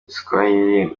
igiswahili